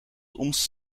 ons